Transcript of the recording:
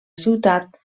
ciutat